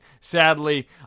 sadly